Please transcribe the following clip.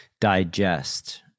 digest